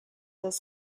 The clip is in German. das